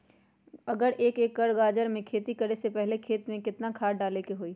अगर एक एकर में गाजर के खेती करे से पहले खेत में केतना खाद्य डाले के होई?